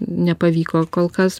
nepavyko kol kas